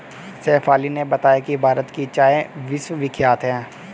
शेफाली ने बताया कि भारत की चाय विश्वविख्यात है